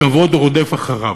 הכבוד רודף אחריו.